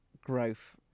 growth